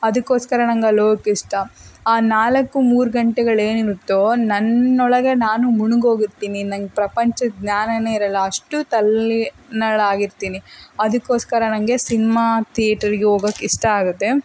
ಅದಕ್ಕೋಸ್ಕರ ನನಗ್ ಅಲ್ಲೋಗಕೆ ಇಷ್ಟ ಆ ನಾಲ್ಕು ಮೂರು ಗಂಟೆಗಳೇನಿರುತ್ತೋ ನನ್ನೊಳಗೆ ನಾನು ಮುಳುಗ್ ಹೋಗಿರ್ತಿನಿ ನನಗ್ ಪ್ರಪಂಚದ ಜ್ಞಾನವೇ ಇರೊಲ್ಲ ಅಷ್ಟು ತಲ್ಲೀನಳಾಗಿರ್ತೀನಿ ಅದಕ್ಕೋಸ್ಕರ ನನಗೆ ಸಿನ್ಮಾ ತಿಯೇಟರಿಗೆ ಹೋಗೋಕ್ ಇಷ್ಟ ಆಗುತ್ತೆ